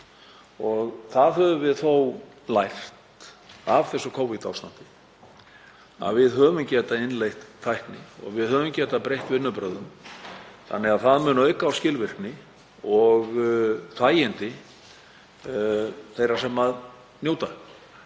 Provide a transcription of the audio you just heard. Það höfum við þó lært af þessu Covid-ástandi að við höfum getað innleitt tækni og við höfum getað breytt vinnubrögðum. Það mun auka á skilvirkni og þægindi þeirra sem njóta.